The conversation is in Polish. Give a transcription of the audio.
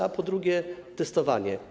A po drugie, testowanie.